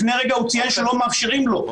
לפני רגע הוא ציין שלא מאפשרים לו אבל